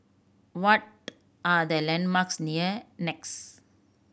what are the landmarks near NEX